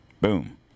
Boom